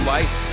Life